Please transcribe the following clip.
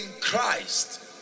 Christ